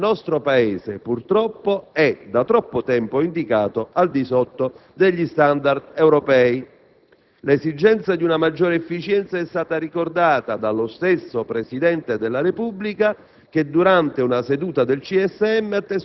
del nostro sistema di giustizia che, purtroppo, da troppo tempo è indicato al di sotto degli *standard* europei. L'esigenza di una maggiore efficienza è stata ricordata dallo stesso Presidente della Repubblica